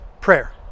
prayer